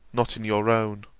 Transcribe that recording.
not in your own.